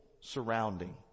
surrounding